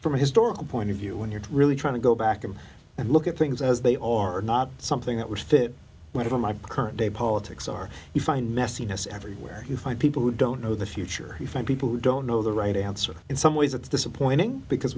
from a historical point of view when you're really trying to go back in and look at things as they are not something that was fit whatever my current day politics are you find messiness everywhere you find people who don't know the future you find people who don't know the right answer in some ways it's disappointing because